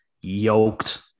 yoked